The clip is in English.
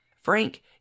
Frank